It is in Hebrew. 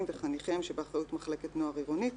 וחניכיהם שבאחריות מחלקת הנוער העירונית,